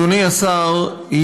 אדוני השר,